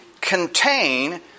contain